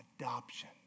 Adoption